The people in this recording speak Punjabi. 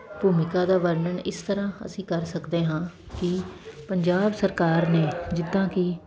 ਭੂਮਿਕਾ ਦਾ ਵਰਨਣ ਇਸ ਤਰ੍ਹਾਂ ਅਸੀਂ ਕਰ ਸਕਦੇ ਹਾਂ ਕਿ ਪੰਜਾਬ ਸਰਕਾਰ ਨੇ ਜਿੱਦਾਂ ਕਿ